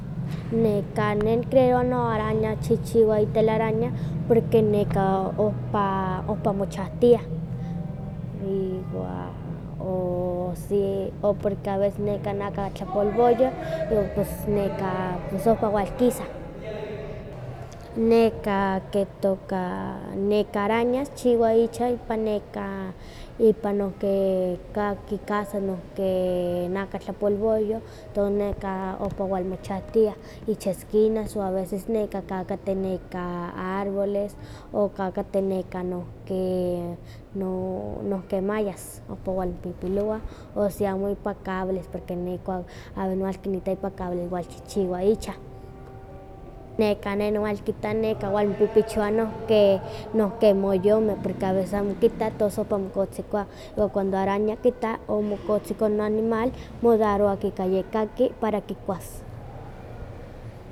Nekan neh nicreerowa no araña kichihchiwa itelaraña porque neka ohpa ohpa mochahtiah, iwa o si o porque a veces naka tlapolvohyoh iwan nekah pos ompa walkisah, nekahki itoka, kenah arañas kichiwah icha ipan nekah ipan nonkeh kahki casa na kan tlapolvohyoh tos neka ompa walmochantiah ich esquinas o a veces kan kateh árboles, o kan kateh neka nohki no nohki mallas no ompa mowalpipilowah, o si amo ipa cables, porque a veces nohki ipa cables kiwalchichiwah icha. Nekan ne niwalkita walmopipichowah nohkeh moyomeh porque a veces amo kittah tos noompa motzikowah, iwa cuando araña kitta omotziko animal comodarowa kikua ye kahki para kikuas.